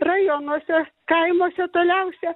rajonuose kaimuose toliausia